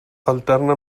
alterna